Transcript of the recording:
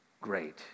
great